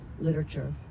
literature